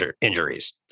injuries